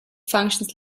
functions